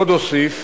עוד אוסיף